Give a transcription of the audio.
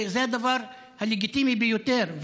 זה הדבר הלגיטימי ביותר.